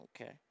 Okay